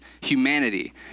humanity